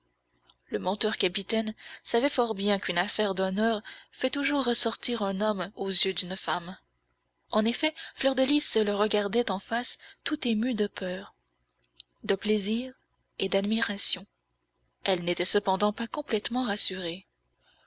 le menteur capitaine savait fort bien qu'une affaire d'honneur fait toujours ressortir un homme aux yeux d'une femme en effet fleur de lys le regardait en face tout émue de peur de plaisir et d'admiration elle n'était cependant pas complètement rassurée